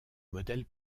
modèle